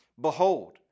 Behold